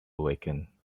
awaken